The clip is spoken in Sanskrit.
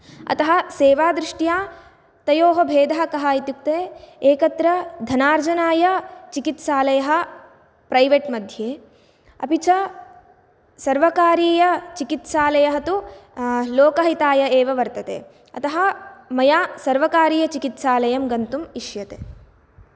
अतः सेवादृष्ट्या तयोः भेदः कः इत्युक्ते एकत्र धनार्जनाय चिकित्सालयः प्रैवेट् मध्ये अपि च सर्वकारीयचिकित्सालयः तु लोकहिताय एव वर्तते अतः मया सर्वकारीयचिकित्सालयं गन्तुम् इष्यते